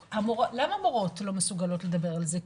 למה מורות לא מסוגלות לדבר על זה?